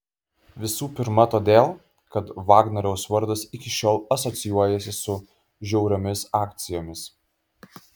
visų pirma todėl kad vagnoriaus vardas iki šiol asocijuojasi su žiauriomis akcijomis